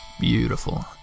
Beautiful